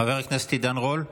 חבר הכנסת עידן רול.